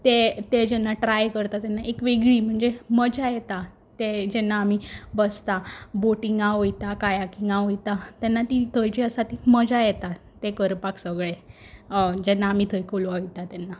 तें तें जेन्ना ट्राय करता तेन्ना एक वेगळी म्हणजे मजा येता तें जेन्ना आमी बसता बोटिंगा वयता कायाकिंगा वयता तेन्ना ती थंय जी आसा ती मजा येता तें करपाक सगळें जेन्ना आमी थंय कोलवा वयता तेन्ना